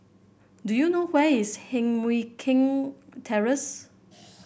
do you know where is Heng Mui Keng Terrace